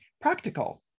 practical